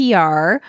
PR